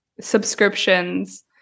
subscriptions